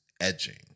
edging